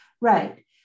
right